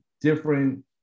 different